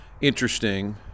interesting